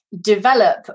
develop